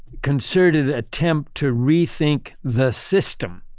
concerted attempt to rethink the system.